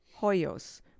Hoyos